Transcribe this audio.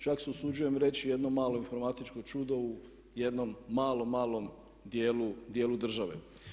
Čak se usuđujem reći jedno malo informatičko čudo u jednom malom, malom dijelu države.